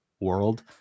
world